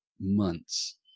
months